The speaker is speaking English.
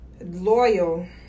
loyal